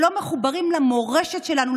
שלא מחוברים למורשת שלנו,